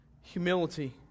Humility